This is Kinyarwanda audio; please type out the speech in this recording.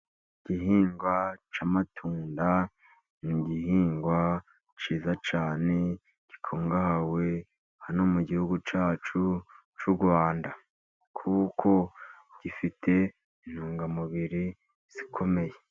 Igihingwa cy'amatunda ni gihingwa cyiza cyane gikungahaye hano mu gihugu cyacu cy'u Rwanda, kuko gifite intungamubiri zikomeye.